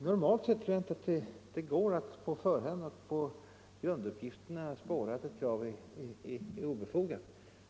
Normalt sett tror jag inte att det går att på grunduppgifterna få klarhet i om ett krav är obefogat.